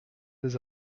des